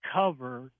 cover